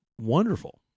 wonderful